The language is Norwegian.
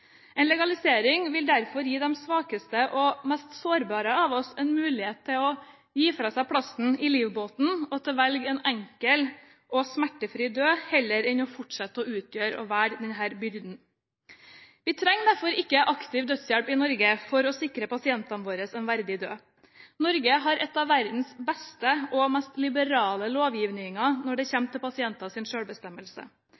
En legalisering vil derfor gi de svakeste og mest sårbare av oss en mulighet til å «gi fra seg plassen i livbåten» og til å velge en enkel og smertefri død, heller enn å fortsette å være en byrde. Vi trenger derfor ikke aktiv dødshjelp i Norge for å sikre pasientene våre en verdig død. Norge har en av verdens beste og mest liberale lovgivninger når det